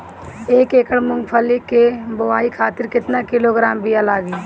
एक एकड़ मूंगफली क बोआई खातिर केतना किलोग्राम बीया लागी?